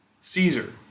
Caesar